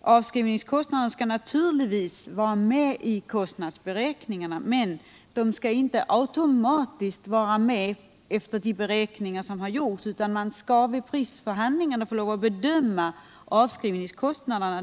Avskrivningskostnaderna skall naturligtvis vara med vid kostnadsberäkningen, men de skall inte automatiskt vara med efter de beräkningar som gjorts, utan vid förhandlingarna får man lov att bedöma avskrivningskostnaderna.